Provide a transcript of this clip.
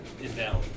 invalid